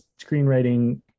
screenwriting